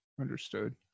understood